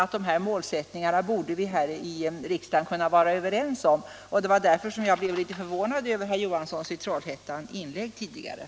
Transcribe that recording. Jag inbillar mig att vi här i riksdagen borde kunna vara överens om dessa målsättningar, och jag blev därför förvånad över herr Johanssons i Trollhättan tidigare inlägg i debatten.